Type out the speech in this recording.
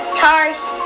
charged